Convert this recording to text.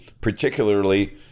particularly